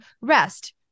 rest